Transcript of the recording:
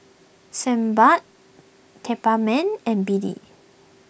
Sebamed and B D